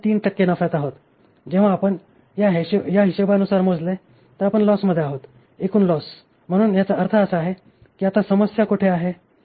3 टक्के नफ्यात आहोत जेव्हा आपण या हिशेबानुसार मोजले तर आपण लॉस मधे आहोतएकूण लॉस म्हणून याचा अर्थ असा आहे की आता समस्या कोठे आहे